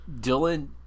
Dylan